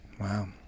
wow